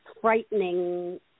frightening